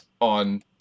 on